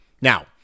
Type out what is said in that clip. Now